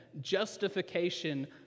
justification